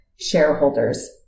shareholders